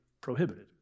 prohibited